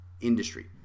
industry